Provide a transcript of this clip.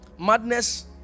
Madness